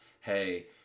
hey